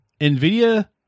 NVIDIA